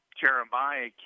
Jeremiah